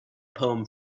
poem